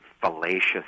fallacious